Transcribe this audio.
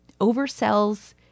oversells